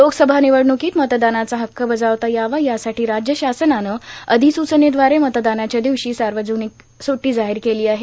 लोकसभा र् ानवडणुकांत मतदानाचा हक्क बजावता यावा यासाठां राज्य शासनानं र्अाधसूचनेदवारे मतदानाच्या र्वदवशी सावर्जानक सुट्टी जाहार केला आहे